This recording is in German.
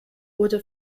wurde